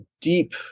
deep